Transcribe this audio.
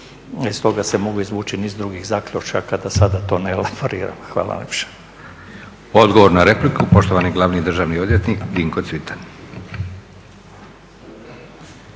iz toga se mogu izvući niz drugih zaključaka, da sada to ne …. Hvala vam najljepša. **Leko, Josip (SDP)** Odgovor na repliku, poštovani glavni državni odvjetnik, Dinko Cvitan.